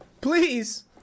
Please